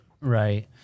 right